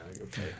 okay